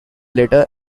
later